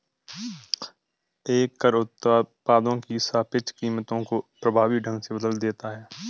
एक कर उत्पादों की सापेक्ष कीमतों को प्रभावी ढंग से बदल देता है